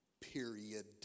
Period